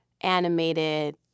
animated